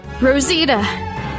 Rosita